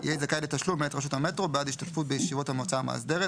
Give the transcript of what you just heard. יהיה זכאי לתשלום מאת רשות המטרו בעד השתתפות בישיבות המועצה המאסדרת